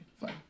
Fine